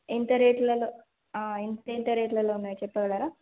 ఎంత రేట్లలో ఎంత రేట్లలో ఉన్నాయి చెప్పగలరా